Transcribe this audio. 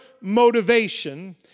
motivation